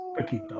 Okay